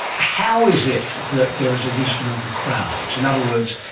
how is it that there is a wisdom of the crowds? in other words,